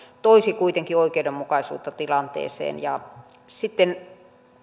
toisi kuitenkin oikeudenmukaisuutta tilanteeseen sitten